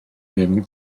ddim